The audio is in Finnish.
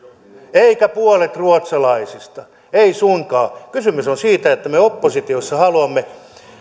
eivätkä puolet ruotsalaisista ei suinkaan kysymys on siitä että me oppositiossa haluamme